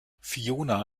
fiona